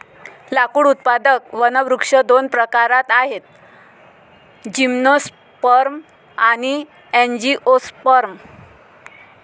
लाकूड उत्पादक वनवृक्ष दोन प्रकारात आहेतः जिम्नोस्पर्म आणि अँजिओस्पर्म